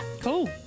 Cool